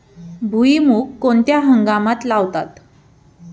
भुईमूग कोणत्या हंगामात लावतात?